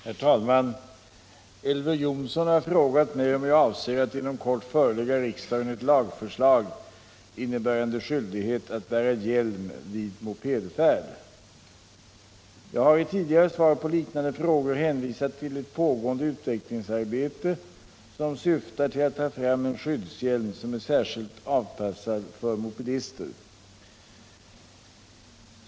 Herr talman! Elver Jonsson har frågat mig om jag avser att inom kort förelägga riksdagen ett lagförslag innebärande skyldighet att bära hjälm vid mopedfärd. Jag har tidigare i svar på liknande frågor hänvisat till ett pågående utvecklingsarbete som syftar till att ta fram en skyddshjälm som är särskilt avpassad för mopedister.